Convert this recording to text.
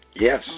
Yes